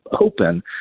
open